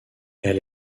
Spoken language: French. elle